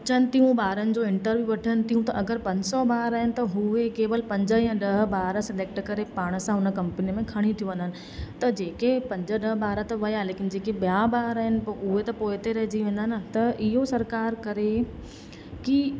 अचनि थियूं ॿारनि जो इंटरव्यू वठनि थियूं त अगरि पंज सौ ॿार आहिनि त उहे केवल पंज या ॾह ॿार सिलैक्ट करे पाण सां हुन कंपनी में खणी थियूं वञनि त जेके पंज ॾह ॿार त विया लेकिन जेके ॿिया ॿार आहिनि उहे त पोइते रहिजी वेंदा न त इहो सरकार करे की